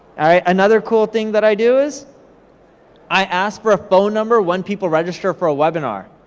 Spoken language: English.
alright, another cool thing that i do is i ask for a phone number when people register for a webinar.